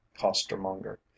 costermonger